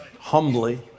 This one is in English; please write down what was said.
humbly